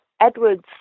Edward's